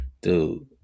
Dude